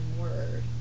Word